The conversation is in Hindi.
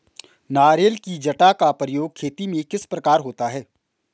नारियल की जटा का प्रयोग खेती में किस प्रकार होता है?